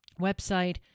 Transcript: website